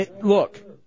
Look